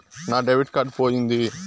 నా debit card పోయింది